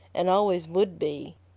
and always would be.